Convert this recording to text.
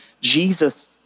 Jesus